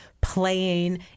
playing